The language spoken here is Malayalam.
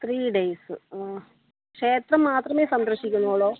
ത്രീ ഡെയ്സ് ക്ഷേത്രം മാത്രമേ സന്ദർശിക്കുന്നുള്ളൂ